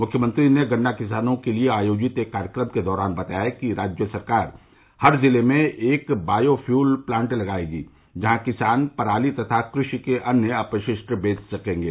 मुख्यमंत्री ने गन्ना किसानों के लिए आयोजित एक कार्यक्रम के दौरान बताया कि राज्य सरकार हर जिले में एक बायो प्यूल प्लांट लगायेगी जहां पर किसान पराली तथा कृषि के अन्य अपशिष्ट बेच सकेंगे